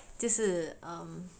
就是 um